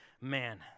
man